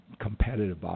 competitive